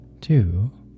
two